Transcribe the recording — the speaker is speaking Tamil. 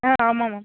ஆ ஆமாம் மேம்